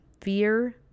fear